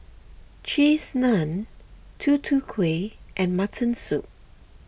Cheese Naan Tutu Kueh and Mutton Soup